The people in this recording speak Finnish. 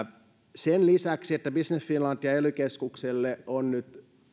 sen lisäksi että business finlandille ja ely keskuksille on nyt